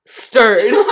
stirred